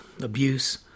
abuse